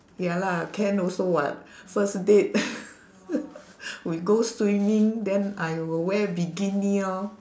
ya lah can also [what] first date we go swimming then I will wear bikini lor